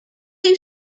two